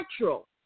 natural